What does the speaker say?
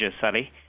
Sally